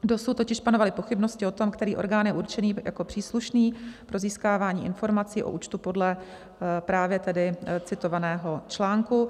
Dosud totiž panovaly pochybnosti o tom, který orgán je určený jako příslušný pro získávání informací o účtu podle právě citovaného článku.